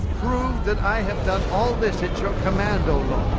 that i have done all this at your command, o